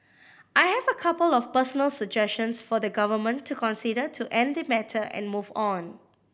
I have a couple of personal suggestions for the Government to consider to end the matter and move on